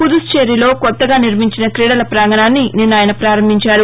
పుదుచ్చేరిలో కొత్తగా నిర్మించిన క్రీడల ప్రాంగణాన్ని నిన్న ఆయన ప్రారంభించారు